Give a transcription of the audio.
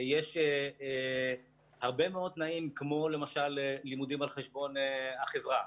יש הרבה מאוד תנאים כמו למשל לימודים על חשבון החברה.